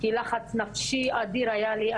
כי לחץ נפשי אדיר היה לי,